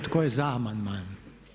Tko je za amandman?